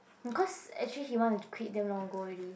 because actually he want to quit damn long ago already